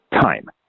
time